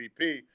MVP